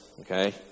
okay